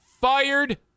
fired